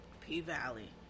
P-Valley